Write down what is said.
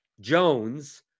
Jones